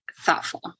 thoughtful